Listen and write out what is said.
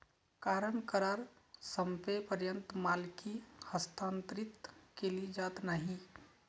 कारण करार संपेपर्यंत मालकी हस्तांतरित केली जात नाही